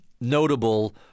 notable